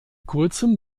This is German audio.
kurzem